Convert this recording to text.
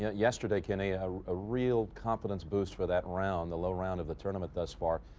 yeah yesterday kenny, a ah real confidence boost for that around the low round of the tournament thus far,